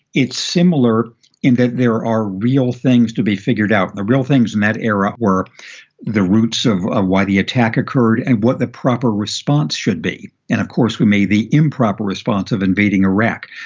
it's similar in that there are real things to be figured out. the real things in that era were the roots of of why the attack occurred and what the proper response should be. and of course, we made the improper response of invading iraq.